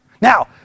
Now